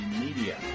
media